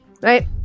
right